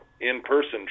in-person